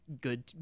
good